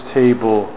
table